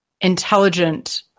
intelligent